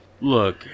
Look